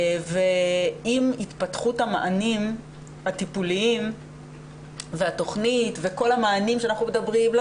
ועם התפתחות המענים הטיפוליים והתוכנית וכל המענים שאנחנו מדברים וכל